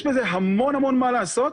יש בזה המון המון מה לעשות.